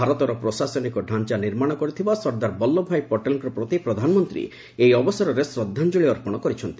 ଭାରତର ପ୍ରଶାସନିକ ଢ଼ାଞ୍ଚା ନିର୍ମାଣ କରିଥିବା ସର୍ଦ୍ଦାର ବଲ୍କଭ ଭାଇ ପଟେଲଙ୍କ ପ୍ରତି ପ୍ରଧାନମନ୍ତ୍ରୀ ଏହି ଅବସରରେ ଶ୍ରଦ୍ଧାଞ୍ଚଳି ଅର୍ପଣ କରିଛନ୍ତି